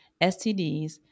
STDs